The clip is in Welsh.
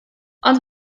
ond